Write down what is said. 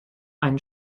einen